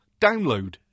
Download